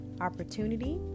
opportunity